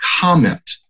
comment